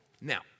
Now